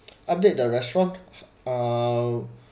update the restaurant uh